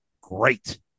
great